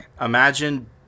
imagine